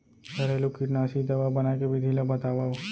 घरेलू कीटनाशी दवा बनाए के विधि ला बतावव?